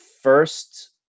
first